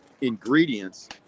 ingredients